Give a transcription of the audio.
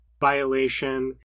violation